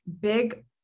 big